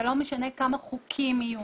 זה לא משנה כמה חוקים יהיו